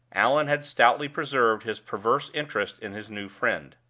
allan had stoutly preserved his perverse interest in his new friend.